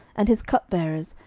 and his cupbearers,